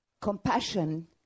Compassion